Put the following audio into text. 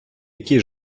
який